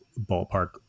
ballpark